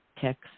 text